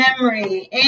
memory